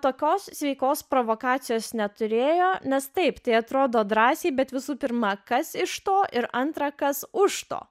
tokios sveikos provokacijos neturėjo nes taip tai atrodo drąsiai bet visų pirma kas iš to ir antra kas už to